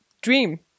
dream